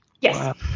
Yes